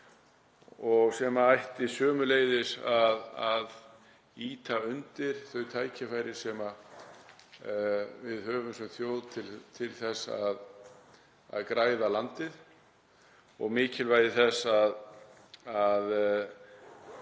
sem ætti sömuleiðis að ýta undir þau tækifæri sem við höfum sem þjóð til þess að græða landið og mikilvægi þess að